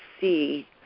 see